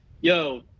yo